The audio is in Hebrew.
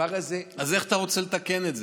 הדבר הזה, אז איך אתה רוצה לתקן את זה?